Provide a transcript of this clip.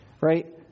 right